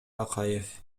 акаев